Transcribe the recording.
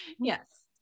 Yes